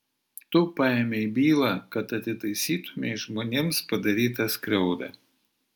tu paėmei bylą kad atitaisytumei žmonėms padarytą skriaudą